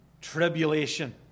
tribulation